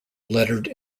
lettered